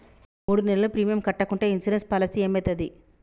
మూడు నెలలు ప్రీమియం కట్టకుంటే ఇన్సూరెన్స్ పాలసీకి ఏమైతది?